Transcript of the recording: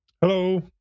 hello